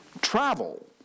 travel